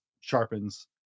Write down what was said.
sharpens